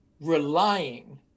relying